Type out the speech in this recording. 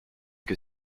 que